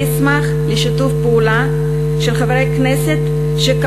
אשמח לשיתוף פעולה של חברי כנסת שרואים,